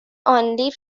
only